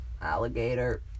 alligator